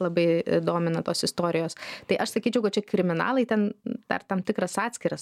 labai domina tos istorijos tai aš sakyčiau kad čia kriminalai ten dar tam tikras atskiras